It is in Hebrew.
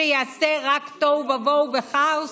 שיעשה רק תוהו ובוהו וכאוס,